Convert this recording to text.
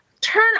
turn